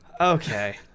okay